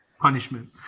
Punishment